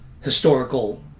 historical